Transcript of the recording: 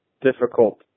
difficult